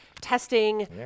testing